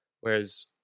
Whereas